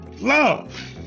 love